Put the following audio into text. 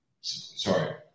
sorry